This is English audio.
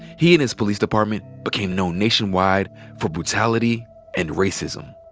he and his police department became know nationwide for brutality and racism.